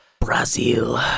Brazil